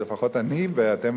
לפחות אני ואתם,